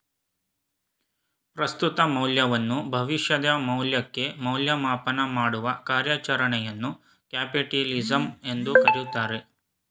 ಪ್ರಸ್ತುತ ಮೌಲ್ಯವನ್ನು ಭವಿಷ್ಯದ ಮೌಲ್ಯಕ್ಕೆ ಮೌಲ್ಯಮಾಪನ ಮಾಡುವ ಕಾರ್ಯಚರಣೆಯನ್ನು ಕ್ಯಾಪಿಟಲಿಸಂ ಎಂದು ಕರೆಯುತ್ತಾರೆ